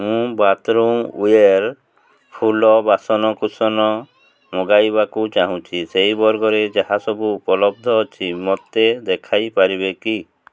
ମୁଁ bathroom ware ଫୁଲ ବାସନକୁସନ ମଗାଇବାକୁ ଚାହୁଁଛି ସେହି ବର୍ଗରେ ଯାହା ସବୁ ଉପଲବ୍ଧ ଅଛି ମୋତେ ଦେଖାଇପାରିବେ କି